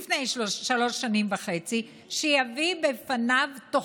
לפני שלוש שנים וחצי, תוכנית